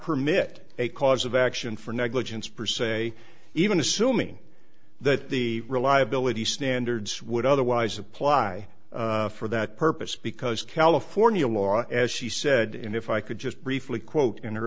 permit a cause of action for negligence perceval even assuming that the reliability standards would otherwise apply for that purpose because california law as she said in if i could just briefly quote in